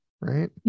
right